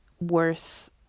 worth